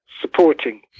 supporting